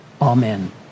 Amen